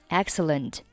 excellent